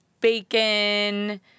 bacon